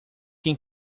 can